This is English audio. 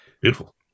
Beautiful